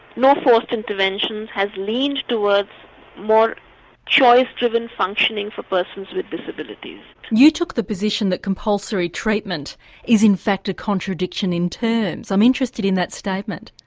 no forced intervention, has leaned towards more choice-driven functioning for persons with disabilities. you took the position that compulsory treatment is in fact a contradiction in terms. i'm interested in that statement.